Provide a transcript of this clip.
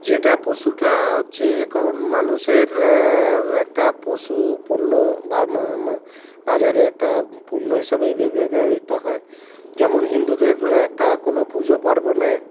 যেটা পশুটা হচ্ছে এখন মানুষের একটা পশু পণ্য বাজারে একটা পণ্য হিসাবেই ব্যবহৃত হয় যেমন হিন্দুদের একটা কোনো পুজো পার্বণে